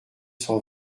cent